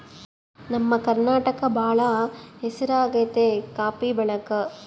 ನಮ್ಮ ಕರ್ನಾಟಕ ಬಾಳ ಹೆಸರಾಗೆತೆ ಕಾಪಿ ಬೆಳೆಕ